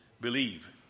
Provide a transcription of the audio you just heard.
Believe